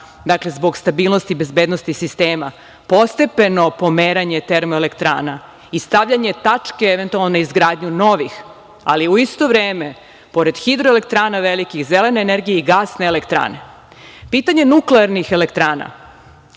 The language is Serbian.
dakle, zbog stabilnosti i bezbednosti sistema, postepeno pomeranje termoelektrana i stavljanje tačke na eventualno novih, ali u isto vreme pored hidroelektrana velikih, zelene energije i gasne elektrane. Pitanje nuklearnih elektrana,